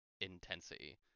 intensity